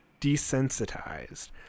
desensitized